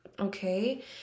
okay